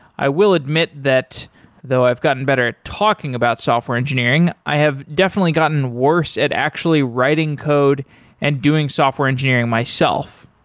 i will admit that though i've gotten better at talking about software engineering, i have definitely gotten worse at actually writing code and doing software engineering myself.